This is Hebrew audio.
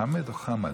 חמֶד או חמַד?